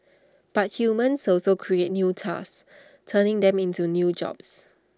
but humans also create new tasks turning them into new jobs